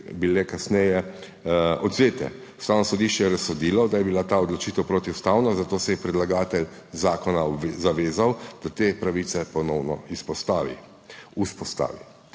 bile kasneje odvzete. Ustavno sodišče je razsodilo, da je bila ta odločitev protiustavna, zato se je predlagatelj zakona zavezal, da te pravice ponovno vzpostavi.